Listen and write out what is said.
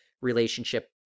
relationship